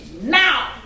now